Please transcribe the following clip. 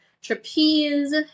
trapeze